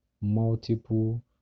multiple